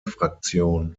fraktion